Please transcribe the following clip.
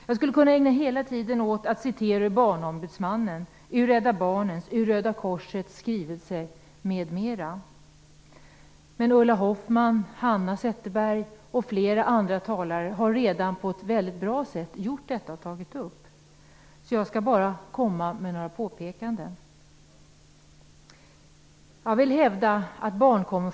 Jag skulle kunna ägna hela mitt anförande åt att citera Zetterberg och flera andra talare har redan på ett väldigt bra sätt tagit upp detta, så jag skall bara göra några påpekanden.